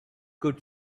could